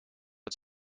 het